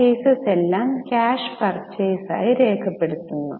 purchases എല്ലാം cash purchase ആയി രേഖപെടുത്തുന്നു